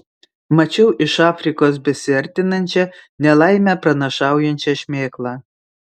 mačiau iš afrikos besiartinančią nelaimę pranašaujančią šmėklą